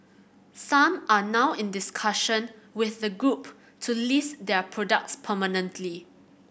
some are now in discussion with the group to list their products permanently